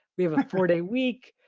we have a four day week,